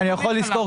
אני יכול לזכור,